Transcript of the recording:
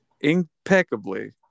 impeccably